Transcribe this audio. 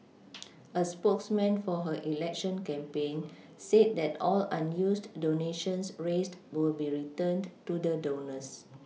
a spokesman for her election campaign said that all unused donations raised will be returned to the donors